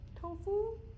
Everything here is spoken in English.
Tofu